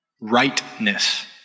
Rightness